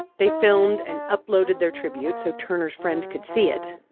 they filmed and uploaded their tribute so turner's friend could see it.